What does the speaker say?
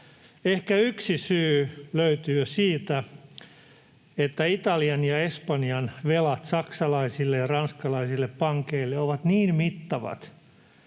Ehkä yksi syy löytyy siitä, että Italian ja Espanjan velat saksalaisille ja ranskalaisille pankeille ovat niin mittavat,